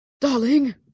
Darling